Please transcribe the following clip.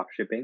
dropshipping